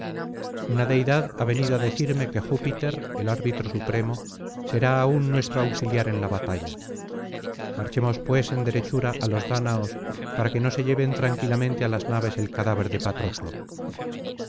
una deidad ha venido á decirme que júpiter el arbitro supremo será aún nuestro auxiliar en la batalla marchemos pues en derechura á los dáñaos para que no se lleven tranquilamente á las naves el cadáver de patroclo